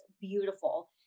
beautiful